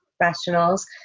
professionals